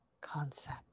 concept